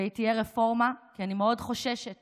ותהיה רפורמה, אני מאוד חוששת